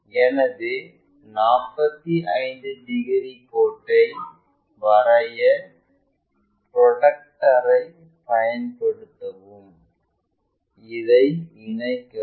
எனவே 45 டிகிரி கோட்டை வரைய உங்கள் ப்ரொடெக்டரைப் பயன்படுத்தவும் இதை இணைக்கவும்